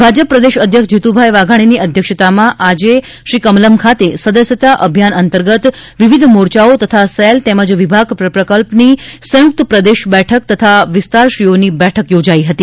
ભાજપ પ્રદેશ અધ્યક્ષ જીતુભાઇ વાઘાણીની અધ્યક્ષતામાં આજે શ્રી કમલમ ખાતે સદસ્યતા અભિયાન અંતર્ગત વિવિધ મોરચાઓ તથા સેલ તેમજ વિભાગ પ્રકલ્પની સંયુક્ત પ્રદેશ બેઠક તથા વિસ્તારશ્રીઓની બેઠક યોજાઇ હતી